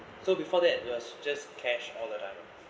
so before that it was just cash all the time